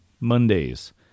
Mondays